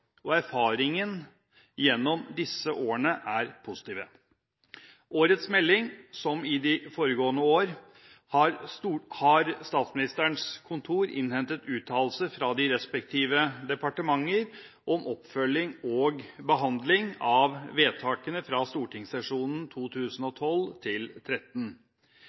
og erfaringene gjennom disse årene har vært positive. I årets melding, som i de foregående år, har Statsministerens kontor innhentet uttalelser fra de respektive departementer om oppfølging og behandling av vedtakene fra stortingssesjonen